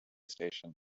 station